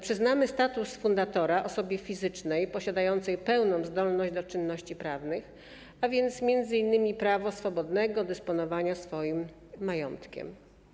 Przyznamy status fundatora osobie fizycznej posiadającej pełną zdolność do czynności prawnych, a więc m.in. prawo swobodnego dysponowania swoim majątkiem.